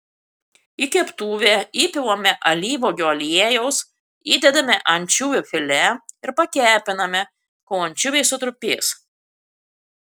į keptuvę įpilame alyvuogių aliejaus įdedame ančiuvių filė ir pakepiname kol ančiuviai sutrupės